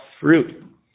fruit